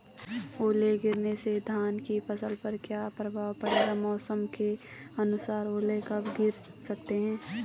ओले गिरना से धान की फसल पर क्या प्रभाव पड़ेगा मौसम के अनुसार ओले कब गिर सकते हैं?